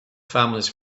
families